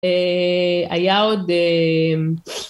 היה עוד...